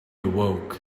awoke